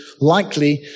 likely